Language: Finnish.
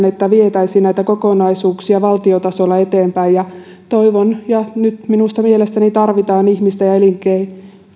että vietäisiin näitä kokonaisuuksia valtiotasolla eteenpäin toivon ja nyt minusta mielestäni tarvitaan panostuksia ihmisten ja elinkeinoelämän